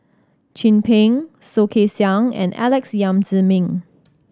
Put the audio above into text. Chin Peng Soh Kay Siang and Alex Yam Ziming